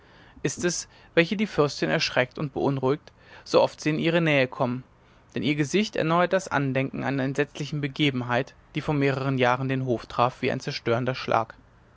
ist es welche die fürstin erschreckt und beunruhigt sooft sie in ihre nähe kommen denn ihr gesicht erneuert das andenken einer entsetzlichen begebenheit die vor mehreren jahren den hof traf wie ein zerstörender schlag